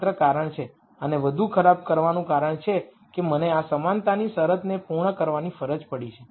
આને વધુ ખરાબ કરવાનું કારણ છે કે મને આ સમાનતાની શરતને પૂર્ણ કરવાની ફરજ પડી છે